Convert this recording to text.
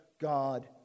God